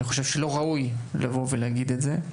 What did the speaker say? אני חושב שלא ראוי להגיד את זה.